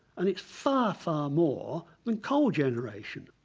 and it's far, far more than coal generation,